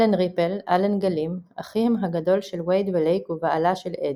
אלן ריפל / אלן גלים – אחיהם הגדול של וייד ולייק ובעלה של אדי.